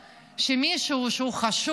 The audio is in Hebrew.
לא יעלה על הדעת שמישהו שהוא חשוד